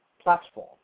platform